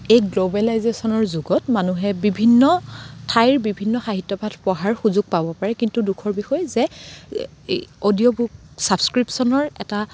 এই গ্ল'বেলাইজেশ্যনৰ যুগত মানুহে বিভিন্ন ঠাইৰ বিভিন্ন সাহিত্যভাগ পঢ়াৰ সুযোগ পাব পাৰে কিন্তু দুখৰ বিষয় যে অডিঅ' বুক ছাবস্ক্ৰিপশ্যনৰ এটা